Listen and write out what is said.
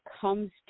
comes